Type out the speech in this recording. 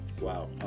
Wow